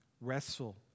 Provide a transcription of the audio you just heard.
wrestle